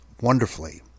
wonderfully